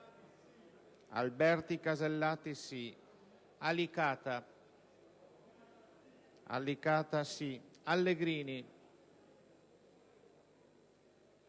Alberti Casellati, Alicata, Allegrini,